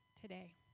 today